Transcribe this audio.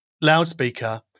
loudspeaker